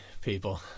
people